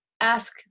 ask